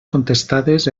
contestades